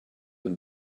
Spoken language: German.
und